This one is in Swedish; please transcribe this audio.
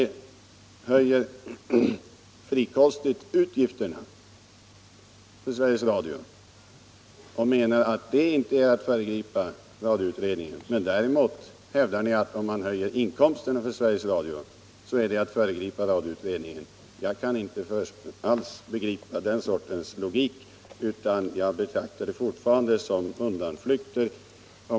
Ni vidgar frikostigt utgiftsramen för Sveriges Radio och menar att det inte är att föregripa radioutredningen. Däremot hävdar ni att om man höjer inkomsterna för Sveriges Radio, så är det att föregripa radioutredningen. Jag kan inte förstå den sortens logik, utan jag betraktar det fortfarande som undanflykter.